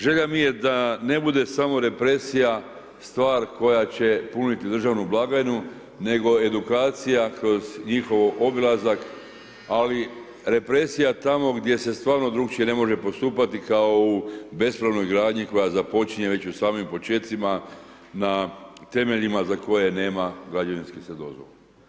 Želja mi je da ne bude samo represija stvar koja će puniti državnu blagajnu, nego edukacija kroz njihov obilazak, ali represija tamo gdje se stvarno drukčije ne može postupati kao u bespravnoj gradnji koja započinje već u samim počecima na temeljima za koje nema građevinske dozvole.